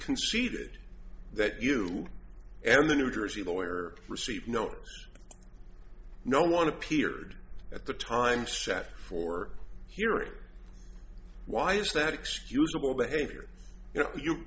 conceded that you and the new jersey lawyer received note no one appeared at the time set for hearing why is that excusable behavior you know you